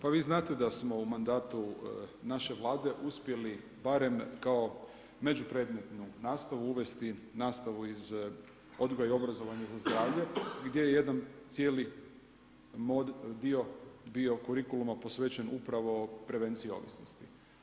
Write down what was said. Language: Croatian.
Pa vi znate da smo u mandatu naše Vlade uspjeli barem kao međupredmetnu nastavu uvesti nastavu iz odgoja i obrazovanja za zdravlje gdje je jedan cijeli dio bio kurikuluma posvećen upravo prevenciji ovisnosti.